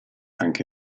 anche